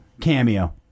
Cameo